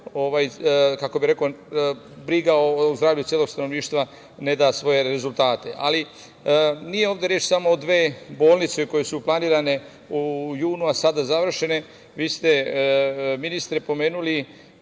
roku dok briga o zdravlju celog stanovništva ne da svoje rezultate. Nije ovde reč samo o dve bolnice koje su planirane u junu, a sada završene. Vi ste, ministre, pomenuli,